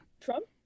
Trump